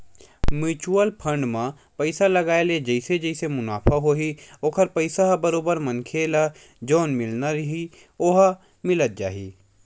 mutual fund म पइसा लगाय ले जइसे जइसे मुनाफ होही ओखर पइसा ह बरोबर मनखे ल जउन मिलना रइही ओहा मिलत जाही